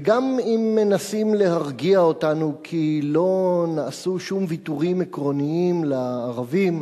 וגם אם מנסים להרגיע אותנו כי לא נעשו שום ויתורים עקרוניים לערבים,